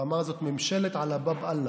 הוא אמר שזאת ממשלת עלא באב אללה,